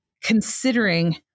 considering